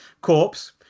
corpse